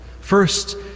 first